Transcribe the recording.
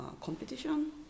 competition